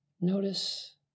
Notice